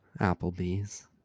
applebee's